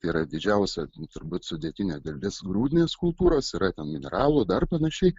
yra didžiausia turbūt sudėtinė dalis grūdinės kultūros yra ten mineralų dar panašiai